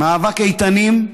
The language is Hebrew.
מאבק איתנים,